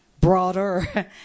broader